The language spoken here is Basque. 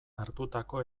hartutako